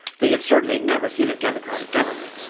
they have certainly never seen a democratic government,